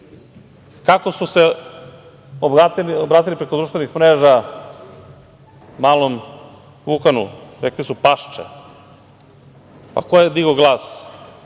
već. Kako su se obratili preko društvenih mreža malom Vukanu? Rekli su – pašče. Pa ko je digao glas